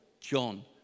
John